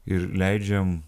ir leidžiam